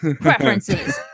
preferences